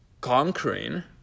conquering